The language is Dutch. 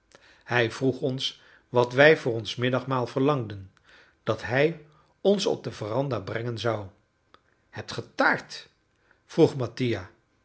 hij vroeg ons wat wij voor ons middagmaal verlangden dat hij ons op de veranda brengen zou hebt ge taart vroeg mattia